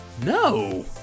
No